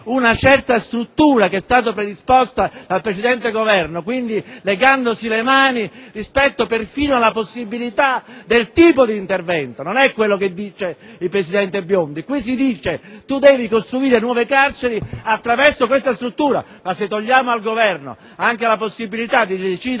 una certa struttura che è stata predisposta dal precedente Governo, quindi legandosi le mani rispetto, perfino, alla possibilità di scelta del tipo di intervento. Non è come dice il presidente Biondi. In quest'ordine del giorno si dice al Governo: devi costruire nuove carceri attraverso quella struttura. Ma se togliamo al Governo anche la possibilità di decidere